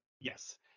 Yes